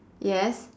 yes